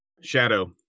Shadow